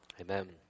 Amen